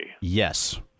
Yes